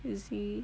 you see